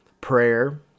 Prayer